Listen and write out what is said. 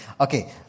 Okay